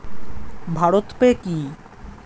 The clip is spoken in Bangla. ভারত পে কি?